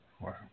Wow